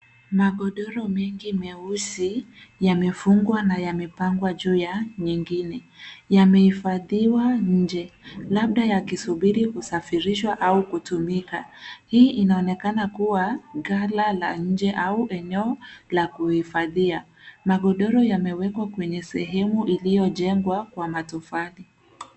Magodoro mengi meusi, yamefungwa na yamepangwa juu ya nyingine. Yamehifadhiwa nje. Labda yakisubiri kusafirishwa au kutumika. Hii inaonekanakuwa, gala ya nje au eneo la kuhifadhia. Magodoro yamewekwa kwenye sehemu uliojengwa kwa matofali.